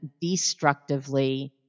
destructively